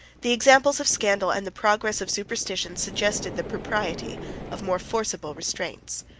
the examples of scandal, and the progress of superstition, suggested the propriety of more forcible restraints.